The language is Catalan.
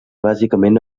bàsicament